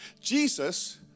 Jesus